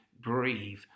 breathe